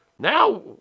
Now